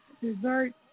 dessert